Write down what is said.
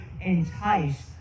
enticed